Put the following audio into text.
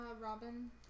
Robin